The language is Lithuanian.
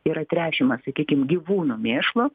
yra tręšiama sakykim gyvūnų mėšlu